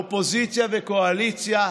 אופוזיציה וקואליציה,